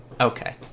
Okay